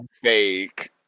fake